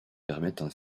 permettent